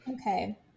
Okay